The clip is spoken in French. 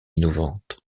innovantes